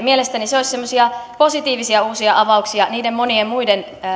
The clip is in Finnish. mielestäni ne olisivat positiivisia uusia avauksia niiden monien muiden